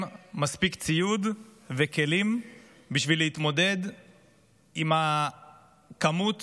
מספיק ציוד וכלים בשביל להתמודד עם הכמות